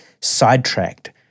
sidetracked